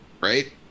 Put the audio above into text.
right